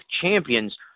champions